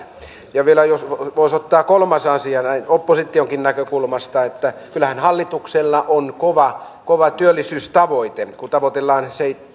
vielä jos voisi ottaa kolmannen asian näin oppositionkin näkökulmasta niin kyllähän hallituksella on kova työllisyystavoite kun tavoitellaan